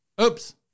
oops